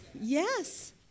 Yes